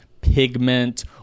pigment